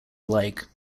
alike